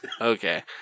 Okay